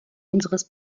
unseres